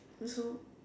oh so